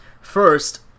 first